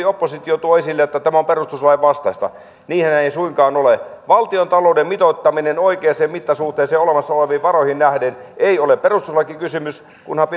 oppositio tuo esille että tämä on perustuslain vastaista niinhän ei suinkaan ole valtiontalouden mitoittaminen oikeaan mittasuhteeseen olemassa oleviin varoihin nähden ei ole perustuslakikysymys kunhan